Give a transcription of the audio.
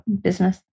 business